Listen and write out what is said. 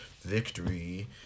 victory